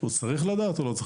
הוא צריך לדעת או לא?